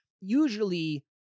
usually